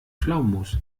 pflaumenmus